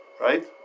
Right